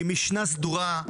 עם משנה סדורה,